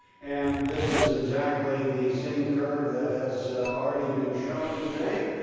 and this is exactly the same curve that has already been shown today,